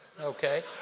Okay